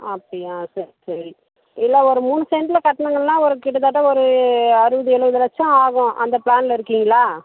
அப்படியா சரி சரி இல்லை ஒரு மூணு செண்ட்டில் கட்ணுன்னா ஒரு கிட்டத்தட்ட ஒரு அறுபது எழுவது லட்சம் ஆகும் அந்த ப்ளானில் இருக்கீங்களா